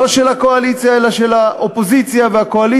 לא של הקואליציה אלא של האופוזיציה והקואליציה,